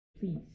Please